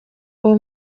uwo